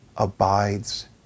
abides